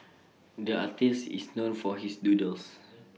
the artist is known for his doodles